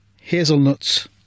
Hazelnuts